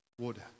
water